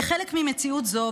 כחלק ממציאות זו,